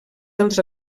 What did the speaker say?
dels